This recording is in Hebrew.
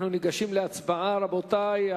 אנחנו ניגשים להצבעה, רבותי.